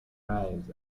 rise